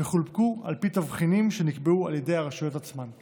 והם חולקו על פי תבחינים שנקבעו על ידי הרשויות עצמן.